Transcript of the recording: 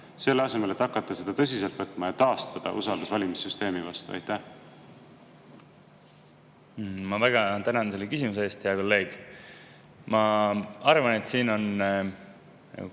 selle asemel et hakata seda tõsiselt võtma ja taastada usaldus valimissüsteemi vastu? Ma väga tänan selle küsimuse eest, hea kolleeg. Ma arvan, et siin ei